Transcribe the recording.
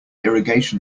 irrigation